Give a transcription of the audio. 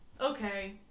Okay